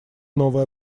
новая